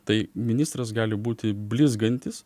tai ministras gali būti blizgantis